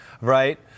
Right